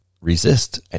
resist